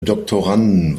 doktoranden